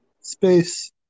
space